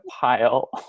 pile